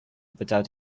without